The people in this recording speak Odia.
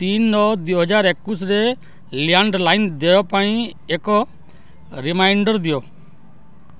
ତିନି ନଅ ଦୁଇହଜାର ଏକୋଉଶୀରେ ଲ୍ୟାଣ୍ଡ୍ଲାଇନ୍ ଦେୟ ପାଇଁ ଏକ ରିମାଇଣ୍ଡର୍ ଦିଅ